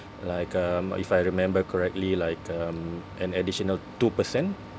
like um if I remember correctly like um an additional two percent